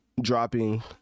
dropping